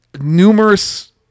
numerous